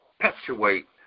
perpetuate